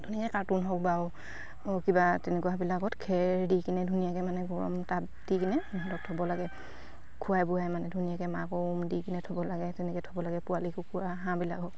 ধুনীয়াকে কাৰ্টুন হওক বা কিবা তেনেকুৱাবিলাকত খেৰ দি কিনে ধুনীয়াকে মানে গৰম তাপ দি কিনে থ'ব লাগে খোৱাই বোৱাই মানে ধুনীয়াকে মাকৰ উম দি কিনে থ'ব লাগে তেনেকে থ'ব লাগে পোৱালি কুকুৰা হাঁহবিলাক